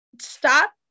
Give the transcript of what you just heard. stop